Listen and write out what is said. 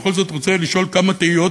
ואני בכל זאת רוצה להעלות כמה תהיות,